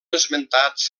esmentats